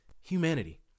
humanity